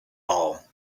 all